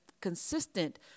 consistent